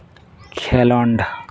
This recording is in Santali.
ᱠᱷᱮᱞᱳᱰ